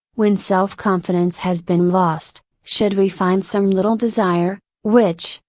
when self confidence has been lost, should we find some little desire, which,